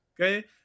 okay